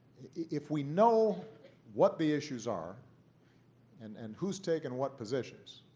if we know what the issues are and and who is taking what positions,